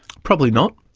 probably not.